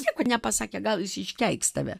nieko nepasakė gal jis iškeiks tave